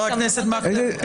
חבר הכנסת מקלב,